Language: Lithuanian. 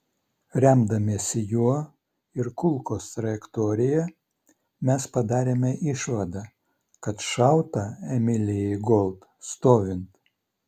remdamiesi juo ir kulkos trajektorija mes padarėme išvadą kad šauta emilei gold stovint